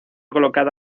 colocada